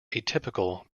atypical